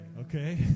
okay